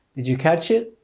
did you catch it?